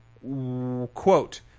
quote